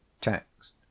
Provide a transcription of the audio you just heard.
Text